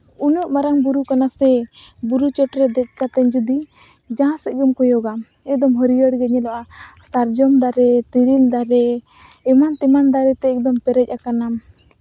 ᱩᱱᱟᱹᱜ ᱢᱟᱨᱟᱝ ᱵᱩᱨᱩ ᱠᱟᱱᱟ ᱥᱮ ᱵᱩᱨᱩ ᱪᱚᱴᱨᱮ ᱫᱮᱡ ᱠᱟᱛᱮᱫ ᱡᱩᱫᱤ ᱡᱟᱦᱟᱸ ᱥᱮᱫ ᱜᱮᱢ ᱠᱚᱭᱚᱜᱟ ᱮᱠᱫᱚᱢ ᱦᱟᱹᱨᱭᱟᱹᱲ ᱜᱮ ᱧᱮᱞᱚᱜᱼᱟ ᱥᱟᱨᱡᱚᱢ ᱫᱟᱨᱮ ᱛᱮᱨᱮᱞ ᱫᱟᱨᱮ ᱮᱢᱟᱱ ᱛᱮᱢᱟᱱ ᱫᱟᱨᱮ ᱛᱮ ᱮᱠᱫᱚᱢ ᱯᱮᱨᱮᱡ ᱟᱠᱟᱱᱟ